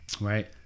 Right